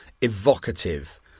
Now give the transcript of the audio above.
evocative